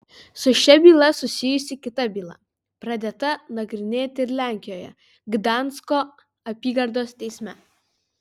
su šia byla susijusi kita byla pradėta nagrinėti ir lenkijoje gdansko apygardos teisme